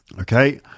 okay